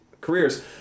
careers